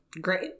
Great